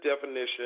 definition